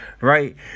right